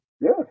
Yes